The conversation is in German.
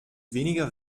weniger